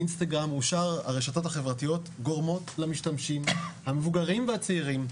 אינסטגרם ושאר הרשתות החברתיות גורמות למשתמשים המבוגרים והצעירים,